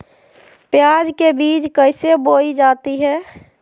प्याज के बीज कैसे बोई जाती हैं?